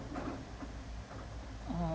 um